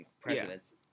presidents